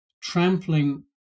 trampling